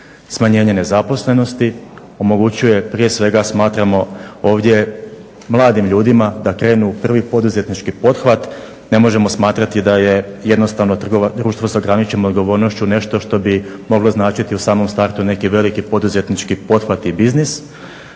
smanjenje nezaposlenosti, omogućuje prije svega smatramo ovdje mladim ljudima da krenu u prvi poduzetnički pothvat. Ne možemo smatrati da je jednostavno društvo sa ograničenom odgovornošću nešto što bi moglo značiti u samom startu neki veliki poduzetnički pothvat i biznis.